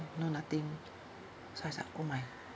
no nothing so I shout oh my